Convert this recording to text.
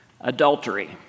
adultery